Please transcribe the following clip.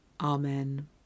Amen